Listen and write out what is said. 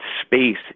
space